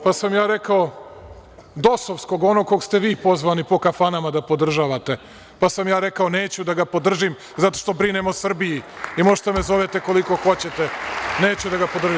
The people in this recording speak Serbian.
Pa sam ja rekao, dosovskog onog, kog ste vi pozvani po kafanama da podržavate, pa sam ja rekao – neću da ga podržim zato što brinem o Srbiji i možete da me zovete koliko hoćete, neću da ga podržim.